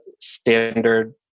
standard